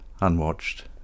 unwatched